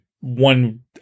one